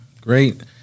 Great